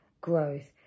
growth